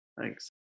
Thanks